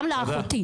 גם לאחותי